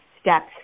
steps